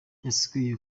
yasiguye